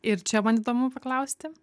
ir čia man įdomu paklausti